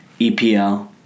EPL